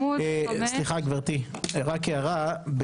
סליחה גברתי רק הערה.